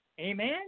Amen